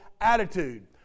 attitude